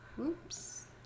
Oops